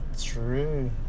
True